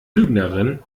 lügnerin